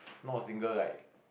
not a single like